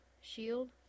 shield